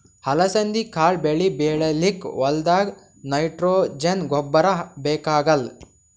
ಅಲಸಂದಿ ಕಾಳ್ ಬೆಳಿ ಬೆಳಿಲಿಕ್ಕ್ ಹೋಲ್ದಾಗ್ ನೈಟ್ರೋಜೆನ್ ಗೊಬ್ಬರ್ ಬೇಕಾಗಲ್